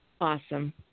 Awesome